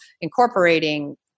incorporating